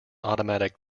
automatic